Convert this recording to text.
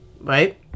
right